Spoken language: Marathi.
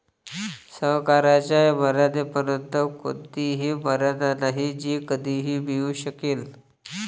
सहकार्याच्या मर्यादेपर्यंत कोणतीही मर्यादा नाही जी कधीही मिळू शकेल